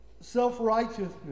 Self-righteousness